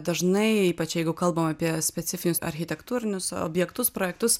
dažnai ypač jeigu kalbam apie specifinius architektūrinius objektus projektus